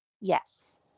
yes